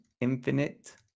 infinite